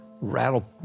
rattle